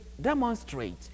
demonstrate